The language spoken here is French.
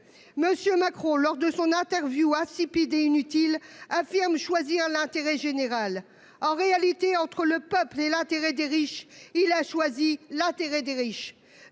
M. Macron, lors de son interview insipide et inutile, a affirmé choisir l'intérêt général. En réalité, entre le peuple et l'intérêt des riches, il choisit l'intérêt des riches.